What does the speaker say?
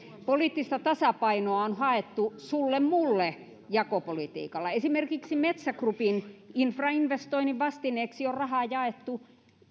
poliittista tasapainoa on haettu sulle mulle jakopolitiikalla esimerkiksi metsä groupin infrainvestoinnin vastineeksi on rahaa jaettu